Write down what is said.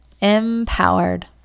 empowered